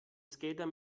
skater